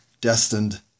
destined